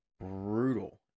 brutal